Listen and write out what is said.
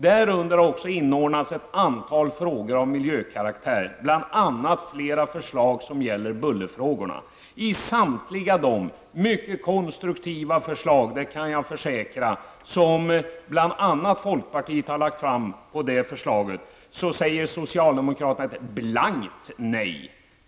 Därunder har också inordnats ett antal frågor av miljökaraktär, bl.a. flera förslag i bullerfrågor. Till samtliga dessa -- det kan jag försäkra -- mycket konstruktiva förslag som har lagts fram av bl.a. folkpartiet, säger socialdemokraterna blankt nej.